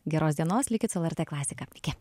geros dienos likit su lrt klasika iki